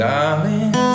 Darling